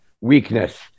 weakness